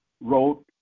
wrote